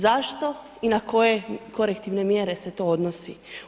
Zašto i na koje korektivne mjere se to odnosi?